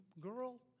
girl